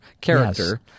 character